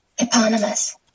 Eponymous